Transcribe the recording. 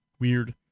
Weird